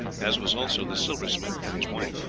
as was also the silversmith and his wife.